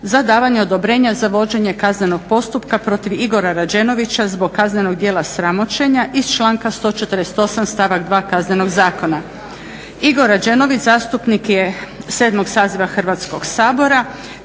za davanje odobrenja za vođenje kaznenog postupka protiv Igora Rađenovića zbog kaznenog djela sramoćenja iz članka 148. stavak 2. Kaznenog zakona. Igor Rađenović zastupnik je 7. saziva Hrvatskog sabora